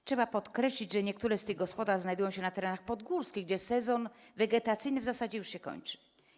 Trzeba podkreślić, że niektóre z tych gospodarstw znajdują się na terenach podgórskich, gdzie sezon wegetacyjny w zasadzie już się kończy.